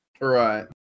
Right